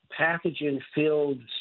pathogen-filled